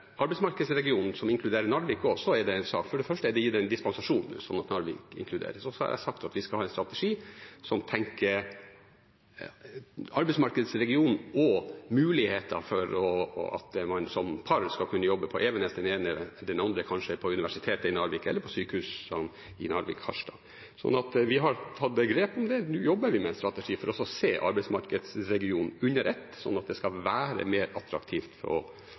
første er det gitt en dispensasjon, sånn at Narvik inkluderes. Så har jeg sagt at vi skal ha en strategi som tenker arbeidsmarkedsregion og muligheter for at man som par skal kunne jobbe på Evenes – den andre er kanskje på universitetet i Narvik eller på sykehusene i Narvik eller Harstad. Vi har tatt grep om det. Nå jobber vi med en strategi for å se arbeidsmarkedsregionen under ett, sånn at det skal være mer attraktivt å bosette seg i regionen og bli mer attraktivt å